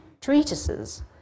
treatises